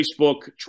Facebook